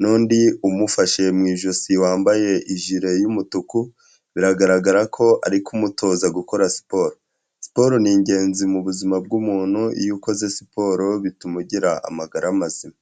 nundi umufashe mu ijosi wambaye ijire y'umutuku biragaragara ko ari kumutoza gukora siporo, siporo ni ingenzi mu buzima bw'umuntu iyo ukoze siporo bituma ugira amagara mazima.